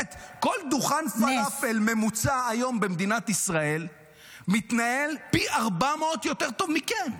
כל דוכן פלאפל ממוצע היום במדינת ישראל מתנהל פי 400 יותר טוב מכם.